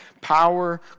power